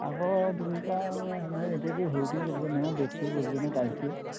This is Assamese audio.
আকৌ সেইটো গ'লগৈ নহয় ডেটটো গ'লগে নহয় তাৰিখটো